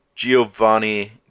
Giovanni